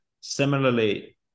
similarly